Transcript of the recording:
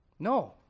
No